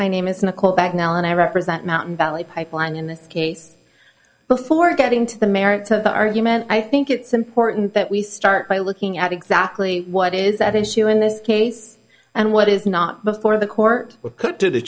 my name is nicole back now and i represent mountain valley pipeline in this case before getting to the merits of the argument i think it's important that we start by looking at exactly what is at issue in this case and what is not before the court cut to the